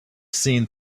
seen